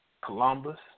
Columbus